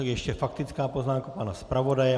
Ještě faktická poznámka pana zpravodaje.